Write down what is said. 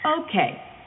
Okay